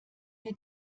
wir